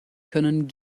können